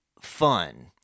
fun